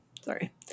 sorry